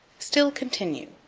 still continue.